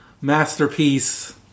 masterpiece